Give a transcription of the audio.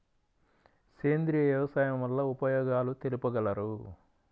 సేంద్రియ వ్యవసాయం వల్ల ఉపయోగాలు తెలుపగలరు?